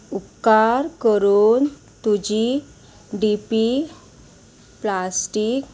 उपकार करून तुजी डी पी प्लास्टीक